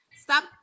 Stop